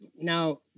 now